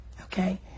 okay